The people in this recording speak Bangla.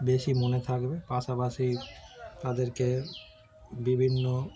বেশি মনে থাকবে পাশাপাশি তাদেরকে বিভিন্ন